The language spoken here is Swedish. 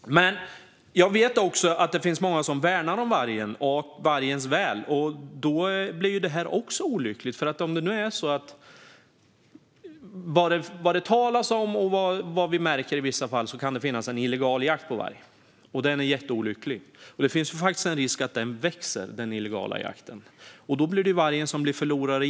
Många värnar om vargen, och då blir detta också olyckligt. Det talas om att det finns en illegal jakt på varg, vilket är olyckligt. Det finns en risk att denna jakt växer, och då blir vargen förloraren.